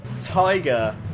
Tiger